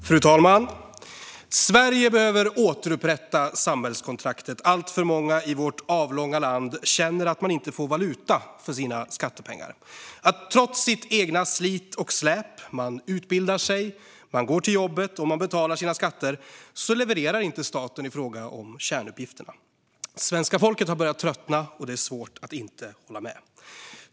Fru talman! Sverige behöver återupprätta samhällskontraktet. Alltför många i vårt avlånga land känner att de inte får valuta för sina skattepengar. Trots ens eget slit och släp - man utbildar sig, man går till jobbet och man betalar sina skatter - levererar inte staten i fråga om kärnuppgifterna. Svenska folket har börjat tröttna, och det är svårt att inte hålla med.